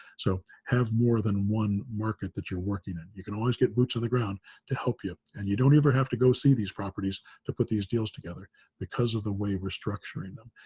so, have more than one market that you're working in. you can always get boots on the ground to help you. and you don't ever have to go see these properties to put these deals together because of the way we're structuring them.